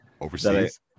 overseas